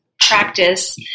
practice